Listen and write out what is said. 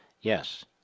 Yes